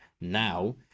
now